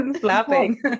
flapping